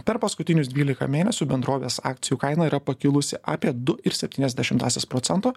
per paskutinius dvylika mėnesių bendrovės akcijų kaina yra pakilusi apie du ir septynias dešimtąsias procento